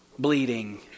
bleeding